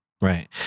Right